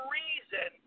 reason